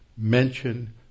mention